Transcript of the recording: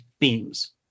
themes